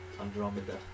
Andromeda